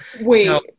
Wait